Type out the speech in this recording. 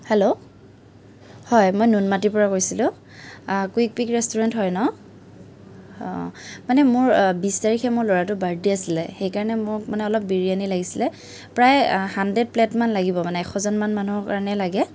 hello হয় মই নুনমাটিৰপৰা কৈছিলোঁ কুইক পিক ৰেষ্টুৰেণ্ট হয় মানে মোৰ বিশ তাৰিখে মোৰ ল'ৰাটো বাৰ্থডে আছিলে সেই কাৰণে মোক মানে অলপ বিৰিয়ানি লাগিছিলে প্ৰায় হাণ্ড্ৰেড প্লেটমান লাগিব মানে এশজন মান মানুহৰ কাৰণে লাগে